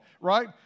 right